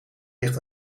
ligt